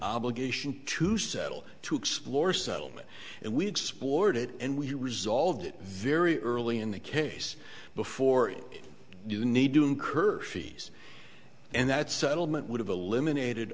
obligation to settle to explore settlement and we explored it and we resolved it very early in the case before you need to incur fees and that settlement would have eliminated